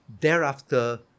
Thereafter